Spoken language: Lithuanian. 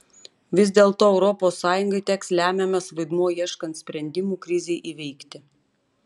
vis dėlto europos sąjungai teks lemiamas vaidmuo ieškant sprendimų krizei įveikti